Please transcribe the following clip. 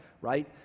right